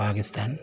Pakistan